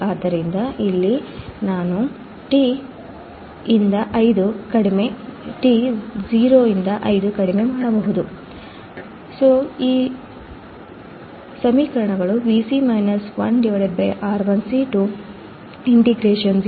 ಆದ್ದರಿಂದ ಇಲ್ಲಿ ನಾನು 0 to 5 ಕಡಿಮೆ ಮಾಡಬಹುದು R1C1